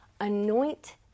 anoint